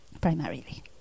primarily